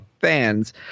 fans